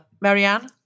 Marianne